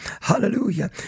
Hallelujah